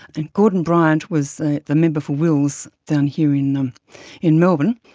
and gordon bryant was the member for wills down here in um in melbourne,